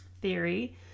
theory